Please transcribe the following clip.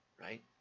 right